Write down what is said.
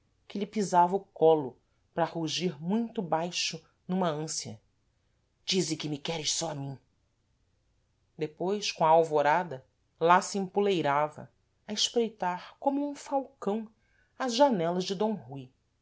que lhe pisava o colo para rugir muito baixo numa ânsia dize que me queres só a mim depois com a alvorada lá se empoleirava a espreitar como um falcão as janelas de d rui